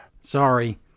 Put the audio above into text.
Sorry